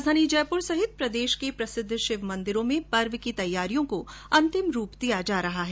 राजधानी जयपूर सहित प्रदेश के प्रसिद्ध शिव मन्दिरों में पर्व की तैयारियों को अंतिम रूप दिया जा रहा है